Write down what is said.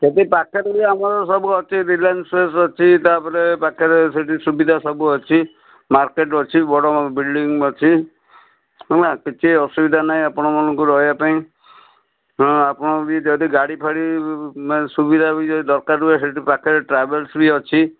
ସେଠି ପାଖରେ ବି ଆମର ସବୁ ଅଛି ରିଲାଏନ୍ସ ଫ୍ରେଶ୍ ଅଛି ତା'ପରେ ପାଖରେ ସେଠି ସୁବିଧା ସବୁ ଅଛି ମାର୍କେଟ ଅଛି ବଡ଼ ବଡ଼ ବିଲ୍ଡିଂ ଅଛି ହେଲା କିଛି ଅସୁବିଧା ନାହିଁ ଆପଣମାନଙ୍କୁ ରହିବା ପାଇଁ ହଁ ଆପଣ ବି ଯଦି ଗାଡ଼ି ଫାଡ଼ି ସୁବିଧା ବି ଯଦି ଦରକାର ହୁଏ ସେଠି ପାଖରେ ଟ୍ରାଭେଲ୍ସ ବି ଅଛି